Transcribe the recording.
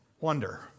wonder